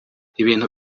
ibintu